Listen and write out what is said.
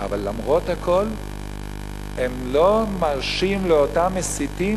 אבל למרות הכול הם לא מרשים לאותם מסיתים